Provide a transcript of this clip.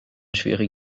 schwierig